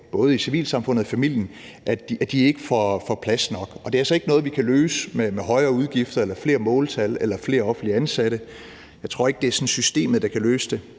både i civilsamfundet og i familien; der er ikke plads nok til det. Det er altså ikke noget, vi kan løse med højere udgifter, flere måltal eller flere offentligt ansatte. Jeg tror ikke, det er systemet, der kan løse det.